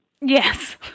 Yes